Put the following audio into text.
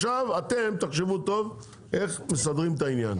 עכשיו אתם תחשבו טוב איך מסדרים את העניין.